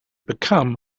become